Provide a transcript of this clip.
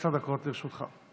עד עשר דקות לרשותך.